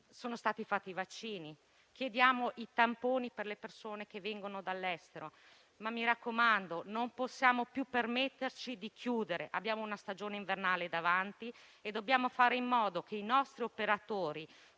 sono stati fatti i vaccini, chiediamo i tamponi per le persone che vengono dall'estero, ma mi raccomando: non possiamo più permetterci di chiudere, abbiamo una stagione invernale davanti e dobbiamo fare in modo che i nostri operatori